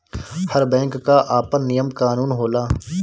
हर bank कअ आपन नियम कानून होला